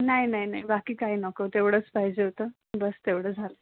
नाही नाही नाही बाकी काही नको तेवढंच पाहिजे होतं बस तेवढं झालं